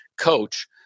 coach